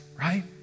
right